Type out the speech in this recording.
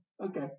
Okay